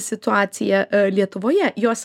situacija lietuvoje jos